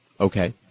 Okay